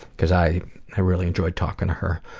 cause i i really enjoyed talking to her.